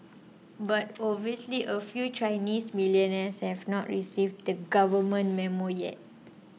but obviously a few Chinese millionaires have not received the Government Memo yet